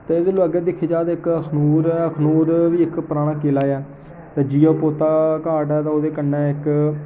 ते एह्दे कोला अग्गें दिक्खेआ जा ते इक अखनूर ऐ ते अखनूर बी इक पराना किला ऐ जिया पोता घाट ओह्दे कन्नै इक